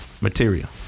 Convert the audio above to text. material